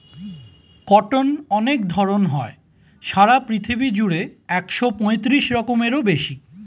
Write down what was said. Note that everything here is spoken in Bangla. কটন অনেক ধরণ হয়, সারা পৃথিবী জুড়ে একশো পঁয়ত্রিশ রকমেরও বেশি